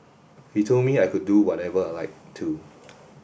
he told me I could do whatever I like too